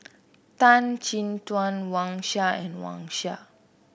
Tan Chin Tuan Wang Sha and Wang Sha